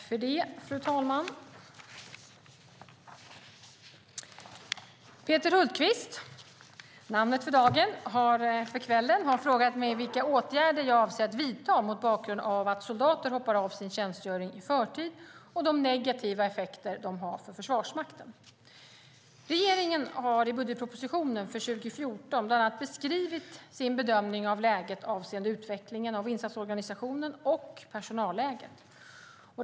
Fru talman! Peter Hultqvist - namnet för kvällen - har frågat mig vilka åtgärder jag avser att vidta mot bakgrund av att soldater hoppar av sin tjänstgöring i förtid och de negativa effekter det har för Försvarsmakten. Regeringen har i budgetpropositionen för 2014 bland annat beskrivit sin bedömning av läget avseende utvecklingen av insatsorganisationen och personalläget.